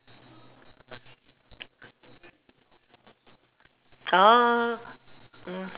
orh